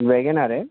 wagon R आहे